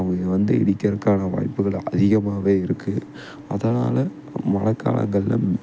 அவங்க இங்கே வந்து இடிக்கிறக்கான வாய்ப்புகள் அதிகமாகவே இருக்கு அதனால் மழக்காலங்கள்ல